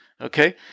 okay